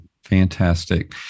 Fantastic